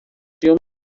filmes